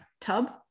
tub